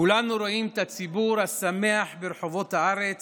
כולנו רואים את הציבור השמח ברחובות הארץ